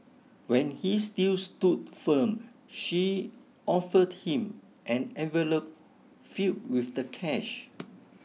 when he still stood firm she offered him an envelope filled with the cash